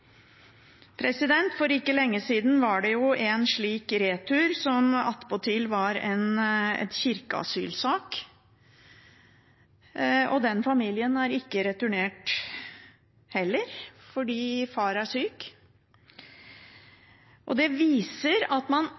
For ikke lenge siden var det en slik retur, som attpåtil var en kirkeasylsak. Den familien har heller ikke returnert, fordi far er syk. Jeg har spurt regjeringen om det er slik at